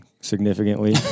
significantly